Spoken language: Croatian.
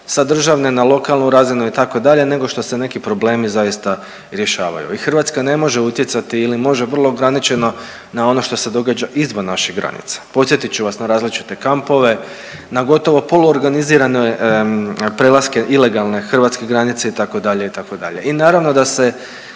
sa državne na lokalnu razinu itd., nego što se neki problemi zaista rješavaju. I Hrvatska ne može utjecati ili može vrlo ograničeno na ono što se događa izvan naših granica. Podsjetit ću vas na različite kampove, na gotovo poluorganizirane prelaske ilegalne hrvatske granice itd., itd. I naravno da se